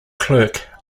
clerk